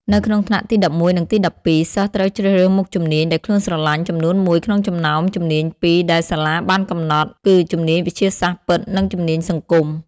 នៅក្នុងថ្នាក់ទី១១ និងទី១២ សិស្សត្រូវជ្រើសរើសមុខជំនាញដែលខ្លួនស្រលាញ់ចំនួនមួយក្នុងចំណោមជំនាញពីរដែលសាលាបានកំណត់ គឺជំនាញវិទ្យាសាស្ត្រពិត និងជំនាញសង្គម។